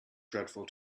dreadful